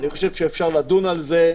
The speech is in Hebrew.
אפשר לדון על זה.